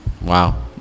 Wow